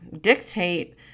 dictate